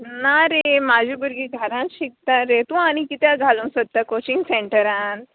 ना रे म्हाजी भुरगीं घाराच शिकतात रे तूं आनी कित्या घालोंक सोदता कोचींग सॅन्टरान